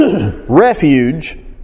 Refuge